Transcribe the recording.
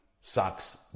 sucks